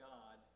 God